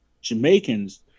Jamaicans